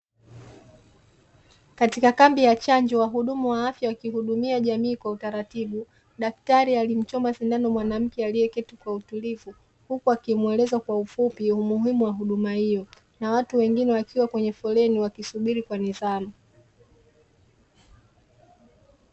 Katika kambi ya chanjo ,wahudumu wa afya wakihudumia jamii kwa utaratibu. Daktari alimchoma sindano mwanamke aliyeketi kwa utulivu huku akimueleza kwa ufupi umuhimu wa huduma hiyo, na watu wengine wakiwa kwenye foleni wakisubiri kwa nidhamu.